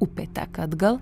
upė teka atgal